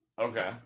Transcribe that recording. Okay